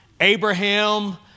Abraham